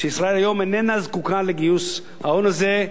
שישראל היום איננה זקוקה לגיוס ההון הזה.